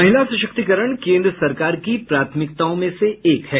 महिला सशक्तिकरण केन्द्र सरकार की प्राथमिकताओं में से एक है